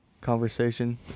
conversation